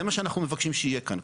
זה מה שאנחנו מבקשים שיהיה כאן.